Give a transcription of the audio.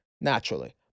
naturally